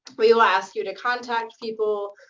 we will ask you to contact people.